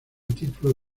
título